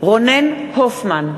רונן הופמן,